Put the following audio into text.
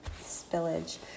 spillage